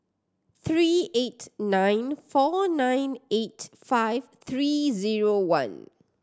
three eight nine four nine eight five three zero one